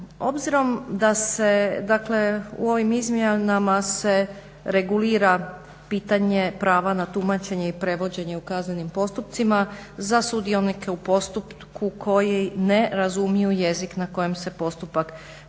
Obzirom da se u ovim izmjenama se regulira pitanje prava na tumačenje i prevođenje u kaznenim postupcima za sudionike u postupku koji ne razumiju jezik na kojem se postupak vodi